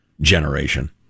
generation